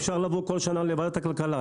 אפשר לבוא כל שנה לוועדת הכלכלה,